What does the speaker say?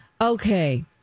okay